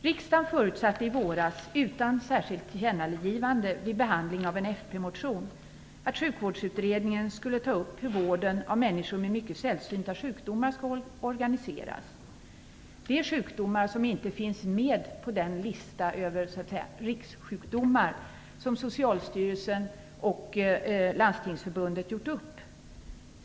Riksdagen förutsatte i våras utan särskilt tillkännagivande vid behandlingen av en folkpartimotion att Sjukvårdsutredningen skulle ta upp frågan om hur vården av människor med mycket sällsynta sjukdomar skall organiseras. Det gäller sjukdomar som inte finns med på den lista över så att säga rikssjukdomar som Socialstyrelsen och Landstingsförbundet gjort upp.